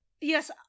yes